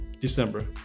December